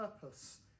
purpose